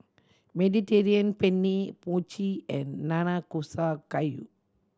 Mediterranean Penne Mochi and Nanakusa Gayu